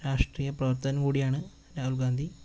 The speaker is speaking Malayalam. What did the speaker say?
രാഷ്ട്രീയ പ്രവർത്തകൻ കൂടിയാണ് രാഹുൽ ഗാന്ധി